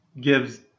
gives